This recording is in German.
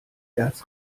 erz